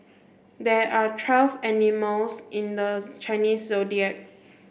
there are twelve animals in the Chinese Zodiac